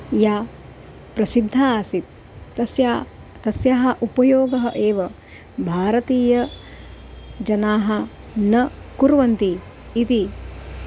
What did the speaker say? या प्रसिद्धा आसीत् तस्याः तस्याः उपयोगः एव भारतीयाः जनाः न कुर्वन्ति इति